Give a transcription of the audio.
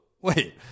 wait